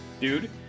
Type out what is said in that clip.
dude